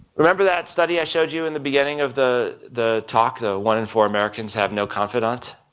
remember that study i showed you in the beginning of the, the talk, the one in four american's have no confidant?